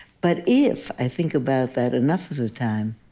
but if i think about that enough of the time,